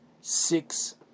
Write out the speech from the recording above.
six